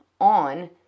on